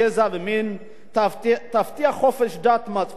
תבטיח חופש דת, מצפון, לשון, חינוך ותרבות,